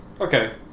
Okay